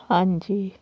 ਹਾਂਜੀ